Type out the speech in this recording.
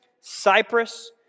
Cyprus